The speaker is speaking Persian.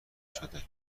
شده